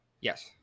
Yes